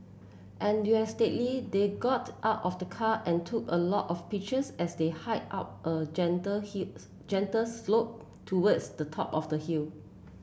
enthusiastically they got out of the car and took a lot of pictures as they hiked up a gentle gentle slope towards the top of the hill